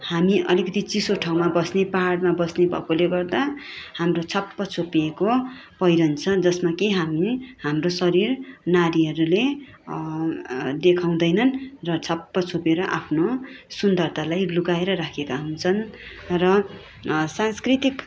हामी अलिकति चिसो ठाउँमा बस्ने पहाडमा बस्ने भएकोले गर्दा हाम्रो छप्प छोपिएको पहिरन छन् जसमा कि हामी हाम्रो शरिर नारीहरूले देखाउँदैनन् र छप्प छोपेर आफ्नो सुन्दरतालाई लुकाएर राखेका हुन्छन् र सांस्कृतिक